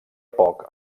poc